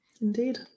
Indeed